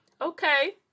Okay